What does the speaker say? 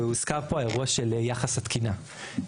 והוזכר פה אירוע של יחס התקינה,